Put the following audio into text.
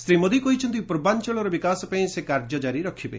ଶ୍ରୀ ମୋଦି କହିଛନ୍ତି ପୂର୍ବାଞ୍ଚଳର ବିକାଶ ପାଇଁ ସେ କାର୍ଯ୍ୟ ଜାରି ରଖିବେ